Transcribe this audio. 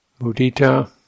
Mudita